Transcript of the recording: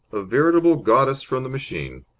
a veritable goddess from the machine.